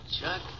Chuck